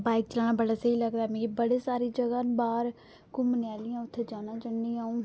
bike चलाना बड़ा स्हेई लगदा मिगी बड़ी सारी जगह में घूमने आहलियां उत्थै में जन्नीं आं अ'ऊं